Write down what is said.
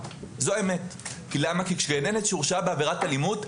זו האמת כי גננת שהורשעה בעבירת אלימות,